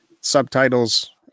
Subtitles